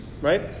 right